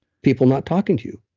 people not talking to you.